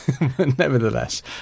Nevertheless